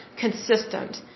consistent